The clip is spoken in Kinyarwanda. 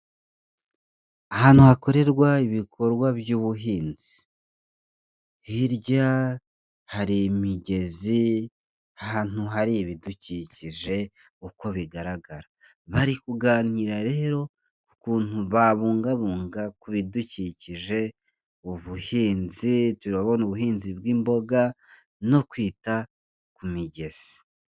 Ahantu hakorerwa ibikorwa by'ubuhinzi. Hirya hari imigezi ahantutu hari ibidukikije uko bigaragara, bari kuganira rero ukuntu babungabunga ku bidukikije, ubuhinzi, turabona ubuhinzi bw'imboga no kwita ku migezi.